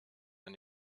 ein